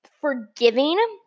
forgiving